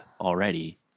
already